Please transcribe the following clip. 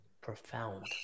Profound